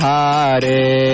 Hare